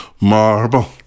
Marble